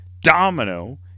Domino